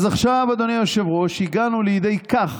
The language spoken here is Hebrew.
אז עכשיו, אדוני היושב-ראש, הגענו לידי כך,